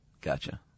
Gotcha